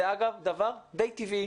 זה אגב דבר די טבעי,